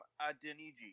Adeniji